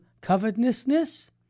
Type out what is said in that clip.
covetousness